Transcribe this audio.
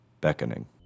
beckoning